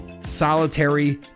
solitary